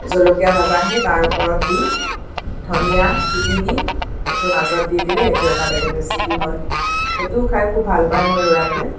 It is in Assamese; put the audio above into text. জলকীয়া ভাজাখিনি তাৰ ওপৰত দি ধনিয়া কুটি দি সেইটো মাজত দি দিলে সেইটো এটা বেলেগ ৰেচিপি হয় সেইটো খাই খুব ভাল পায় মোৰ ল'ৰাটোৱে